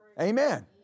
Amen